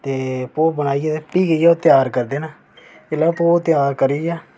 ते भो बनाइयै प्ही मतलब ओह् त्यार करदे न जेल्लै ओह् भो त्यार करियै